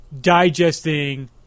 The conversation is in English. digesting